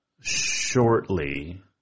shortly